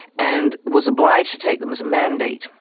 and was obliged to take them as a mandate,